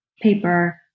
paper